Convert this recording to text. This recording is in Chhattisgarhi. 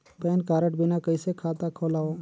पैन कारड बिना कइसे खाता खोलव?